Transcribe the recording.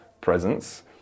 presence